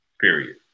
Period